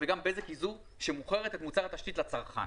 וגם בזק היא זו שמוכרת את מוצר התשתית לצרכן.